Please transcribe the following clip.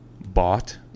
bought